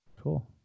Cool